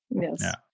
Yes